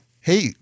Hey